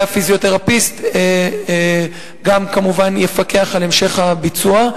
והפיזיותרפיסט גם כמובן יפקח על המשך הביצוע,